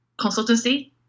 consultancy